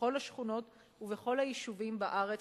בכל השכונות ובכל היישובים בארץ,